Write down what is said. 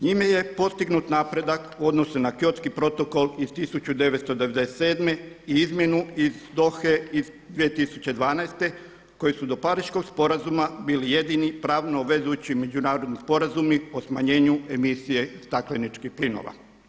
Njime je postignut napredak u odnosu na Kyotski protokol iz 1997. i izmjenu iz Dohe iz 2012. koji su do Pariškog sporazuma bili jedini pravno obvezujući međunarodni sporazumi o smanjenju emisije stakleničkih plinova.